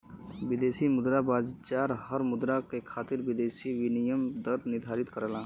विदेशी मुद्रा बाजार हर मुद्रा के खातिर विदेशी विनिमय दर निर्धारित करला